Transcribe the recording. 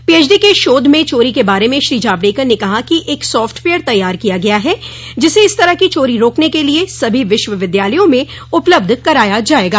P H D के शोध में चोरी के बारे में श्री जावड़ेकर ने कहा कि एक सॉफ्टवेयर तैयार किया गया है जिसे इस तरह की चोरी रोकने के लिए सभी विश्वविद्यालयों में उपलब्ध कराया जाएगा